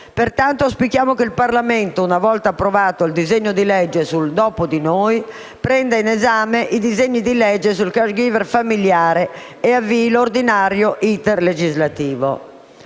Pertanto, auspichiamo che il Parlamento, una volta approvato il disegno di legge sul "dopo di noi", prenda in esame i disegni di legge sul *caregiver* familiare e avvii l'ordinario *iter* legislativo.